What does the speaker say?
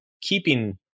keeping